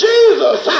Jesus